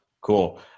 Cool